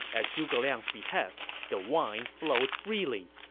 at zhuge liang's behest, the wine flowed freely.